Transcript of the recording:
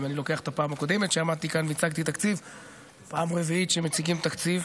אני מזמין את שר האוצר בצלאל סמוטריץ' להציג את הצעת החוק.